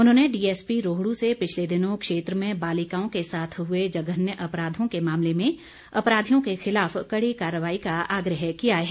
उन्होंने डीएसपी रोहडू से पिछले दिनों क्षेत्र में बालिकाओं के साथ हुए जघन्य अपराधों के मामले में अपराधियों के खिलाफ कड़ी कार्रवाई का आग्रह किया है